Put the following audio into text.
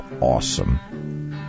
awesome